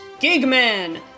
Gigman